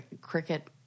cricket